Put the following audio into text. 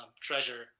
treasure